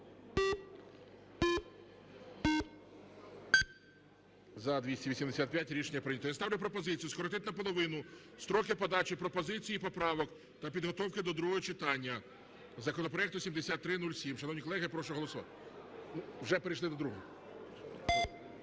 За-285 Рішення прийнято. Я ставлю пропозицію скоротити наполовину строки подачі пропозицій і поправок та підготовки до другого читання законопроекту 7307. Шановні колеги, прошу голосувати. Вже перейшли до другого.